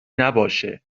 نباشه